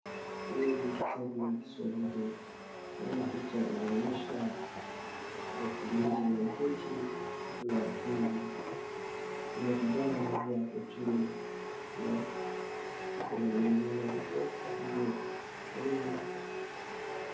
Hii ni kitabu ya kiswahili. Kunayopicha inaonyesha matumizi ya hiki na hivi. Kuna kijana mmoja hapo chini na kuna mwingine uko juu.